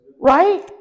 Right